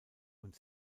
und